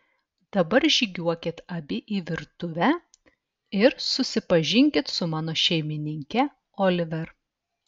dabar žygiuokit abi į virtuvę ir susipažinkit su mano šeimininke oliver